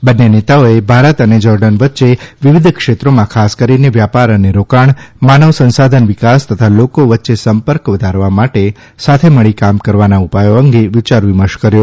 બંને નેતાઓએ ભારત અને જોર્ડન વચ્ચે વિવિધ ક્ષેત્રોમાં ખાસ કરીને વ્યાપાર અને રોકાણ માનવ સંસાધન વિકાસ તથા લોકો વચ્ચે સંપર્ક વધારવા માટે સાથે મળી કામ કરવાના ઉપાયો અંગે વિચાર વિમર્શ કર્યો